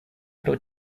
pro